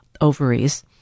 ovaries